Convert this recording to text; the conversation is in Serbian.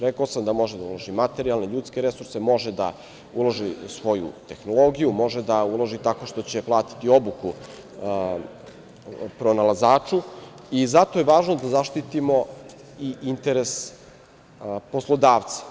Rekao sam da može da uloži materijalne, ljudske resurse, može da uloži u svoju tehnologiju, može da uloži tako što će platiti obuku pronalazaču i zato je važno da zaštitimo i interes poslodavca.